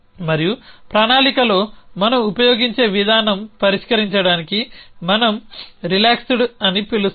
మరియు ప్రణాళికలో మనం ఉపయోగించే విధానం పరిష్కరించడానికి మనం రిలాక్స్డ్ అని పిలుస్తామా